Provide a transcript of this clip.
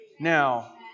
Now